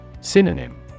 Synonym